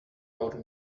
our